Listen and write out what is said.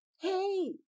Hey